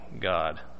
God